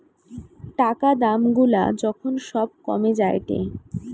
টাকা দাম গুলা যখন সব কমে যায়েটে